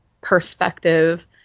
perspective